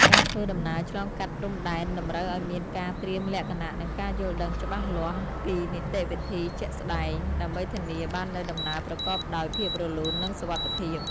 ការធ្វើដំណើរឆ្លងកាត់ព្រំដែនតម្រូវឱ្យមានការត្រៀមលក្ខណៈនិងការយល់ដឹងច្បាស់លាស់ពីនីតិវិធីជាក់ស្តែង ដើម្បីធានាបាននូវដំណើរប្រកបដោយភាពរលូននិងសុវត្ថិភាព។